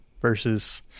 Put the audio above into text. versus